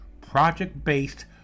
project-based